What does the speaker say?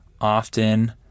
often